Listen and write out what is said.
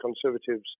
Conservatives